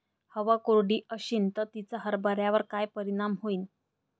हवा कोरडी अशीन त तिचा हरभऱ्यावर काय परिणाम होईन?